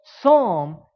psalm